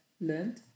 learned